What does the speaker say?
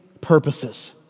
purposes